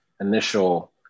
initial